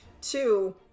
Two